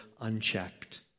unchecked